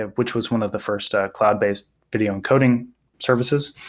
ah which was one of the first cloud-based video encoding services.